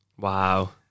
Wow